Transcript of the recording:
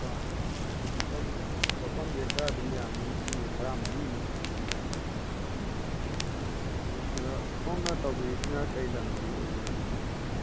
ꯅꯤꯄꯥꯜ ꯃꯐꯝꯁꯦ ꯈꯔ ꯑꯗꯨꯝ ꯌꯥꯝꯃꯦ ꯃꯐꯝꯁꯦ ꯇꯔꯥ ꯃꯔꯤꯃꯨꯛ ꯁꯨꯏ ꯍꯥꯏꯇꯔꯦ ꯑꯗꯣ ꯁꯣꯝꯅ ꯇꯧꯕꯤꯔꯤꯁꯤꯅ ꯀꯔꯤ ꯂꯝꯒꯤ ꯑꯣꯏꯕꯤꯔꯕꯅꯣ